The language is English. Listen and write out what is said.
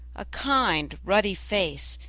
a kind, ruddy face,